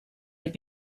had